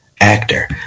actor